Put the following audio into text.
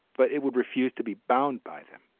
but it would refuse to be bound by them.